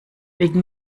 wegen